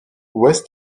ouest